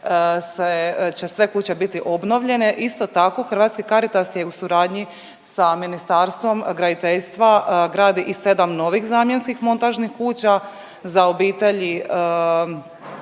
će sve kuće biti obnovljene. Isto tako Hrvatski Caritas je u suradnji sa Ministarstvom graditeljstva gradi i 7 novih zamjenskih montažnih kuća za obitelji